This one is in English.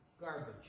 garbage